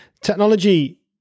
technology